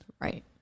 Right